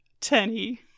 Tenny